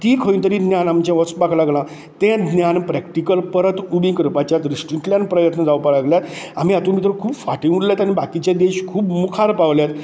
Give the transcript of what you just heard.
ती खंय तरी ज्ञान आमचे वचपाक लागला तें ज्ञान प्रॅक्टीकल परत उबें करपाच्या दृश्टींतल्यान प्रयत्न जावपाक लागल्यात आमी हातूंत भितर खूब फाटीं उरल्यात आनी बाकिचे देश खूब मुखार पावल्यात